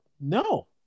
no